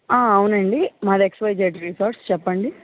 అవునండి మాది X Y Z resorts చెప్పండి